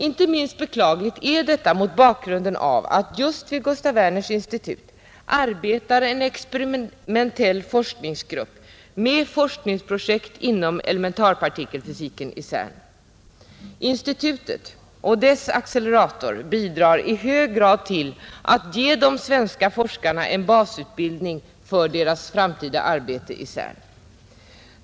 Inte minst beklagligt är detta mot bakgrunden av att just vid Gustaf Werners institut arbetar en experimentell forskningsgrupp med forskningsprojekt inom elementarpartikelfysiken i CERN. Institutet och dess accelerator bidrar i hög grad till att ge de svenska forskarna basutbildning för deras framtida arbete vid CERN.